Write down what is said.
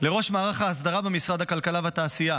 לראש מערך האסדרה במשרד הכלכלה והתעשייה